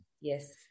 yes